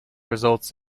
results